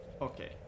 okay